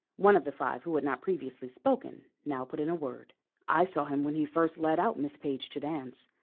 one of the five who had not previously spoken now put in a word i saw him when he first led out miss page to dance,